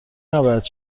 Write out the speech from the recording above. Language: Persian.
نباید